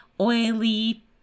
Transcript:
oily